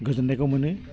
गोजोन्नायखौ मोनो